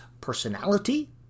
personality